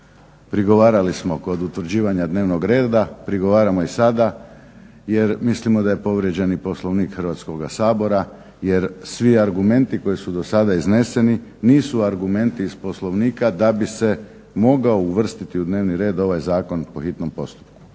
Prigovarali smo kod utvrđivanja dnevnog reda, prigovaramo i sada jer mislimo da je povrijeđeni Poslovnik Hrvatskoga sabora, jer svi argumenti koji su do sada izneseni nisu argumenti iz Poslovnika da bi se mogao uvrstiti u dnevni red ovaj zakon po hitnom postupku.